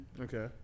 Okay